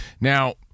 Now